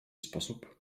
sposób